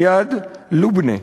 איאד לואבנה,